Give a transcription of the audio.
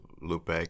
Lupe